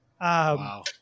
Wow